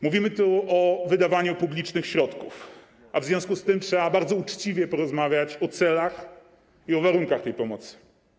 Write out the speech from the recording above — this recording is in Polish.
Mówimy tu o wydawaniu publicznych środków, a w związku z tym trzeba bardzo uczciwie porozmawiać o celach i o warunkach tej pomocy.